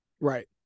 Right